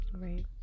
right